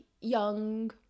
young